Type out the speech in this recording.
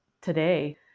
today